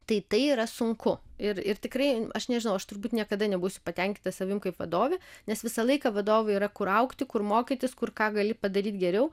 tai tai yra sunku ir ir tikrai aš nežinau aš turbūt niekada nebūsiu patenkinta savimi kaip vadovė nes visą laiką vadovui yra kur augti kur mokytis kur ką gali padaryt geriau